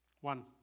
One